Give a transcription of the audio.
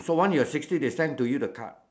so once you are sixty they will send to you the card